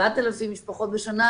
7,000 משפחות בשנה,